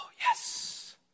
yes